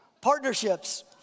Partnerships